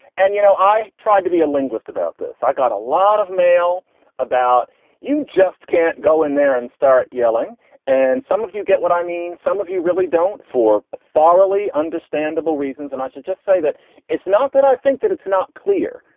and, you know, i tried to be a linguist about this. i got a lot of mail about you just can't go in there and start yelling and some of you get what i mean. some of you really don't for thoroughly understandable reasons. and i should just say that it's not that i think that it's not clear.